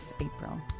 April